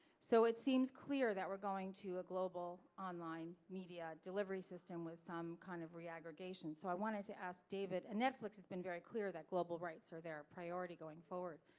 so it seems clear that we're going to a global online media delivery system with some kind of reaggregation, so i wanted to ask david, and netflix has been very clear that global rights are their priority going forward,